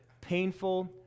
painful